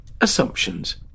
Assumptions